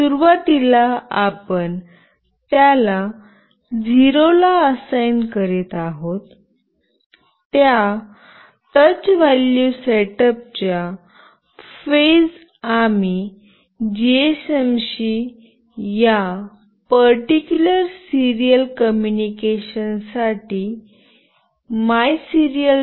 सुरुवातीला आपण त्याला 0 ला असाइन करीत आहोत त्या टच व्हॅल्यू सेटअप च्या फेज आम्ही जीएसएम शी या पर्टीक्युलर सिरीयल कॉम्युनिकेशन साठी मायसिरीयल